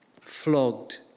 flogged